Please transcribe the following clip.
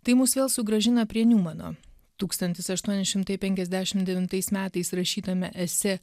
tai mus vėl sugrąžina prie niumano tūkstantis aštuoni šimtai penkiasdešimt devintais metais rašytame esė